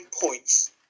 points